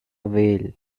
whale